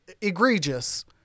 egregious